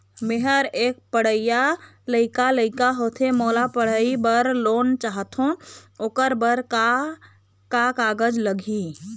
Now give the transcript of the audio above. मेहर एक पढ़इया लइका लइका होथे मोला पढ़ई बर लोन चाहथों ओकर बर का का कागज लगही?